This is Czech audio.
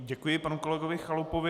Děkuji panu kolegovi Chalupovi.